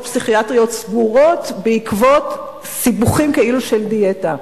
פסיכיאטריות סגורות בעקבות סיבוכים כאילו של דיאטה.